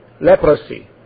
leprosy